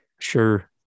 sure